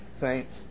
saints